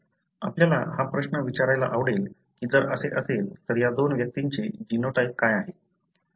आपल्याला हा प्रश्न विचारायला आवडेल की जर असे असेल तर या दोन व्यक्तींचे जीनोटाइप काय आहे